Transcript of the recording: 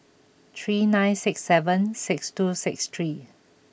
three nine six seven six two six three